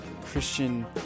Christian